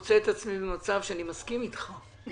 מוצא את עצמי במצב שאני מסכים איתך.